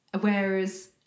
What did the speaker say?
whereas